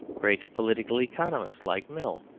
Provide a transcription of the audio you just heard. great political economists like mill.